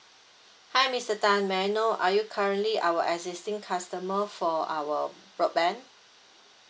hi mister tan may I know are you currently our existing customer for our broadband